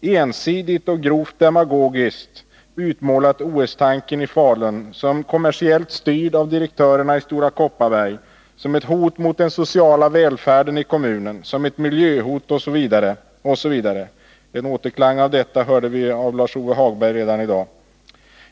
Man har ensidigt och grovt demagogiskt utmålat tanken på ett OS i Falun som kommersiellt styrt av direktörerna i Stora Kopparberg, som ett hot mot den sociala välfärden i kommunen, som ett miljöhot osv. En återklang av detta hörde vi i Lars-Ove Hagbergs anförande här i dag.